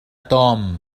توم